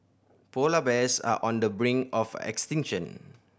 polar bears are on the brink of extinction